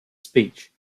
speech